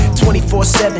24/7